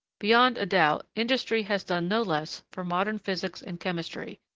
beyond a doubt industry has done no less for modern physics and chemistry,